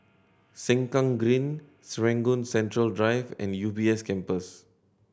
Sengkang Green Serangoon Central Drive and U B S Campus